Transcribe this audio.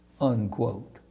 unquote